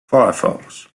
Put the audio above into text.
firefox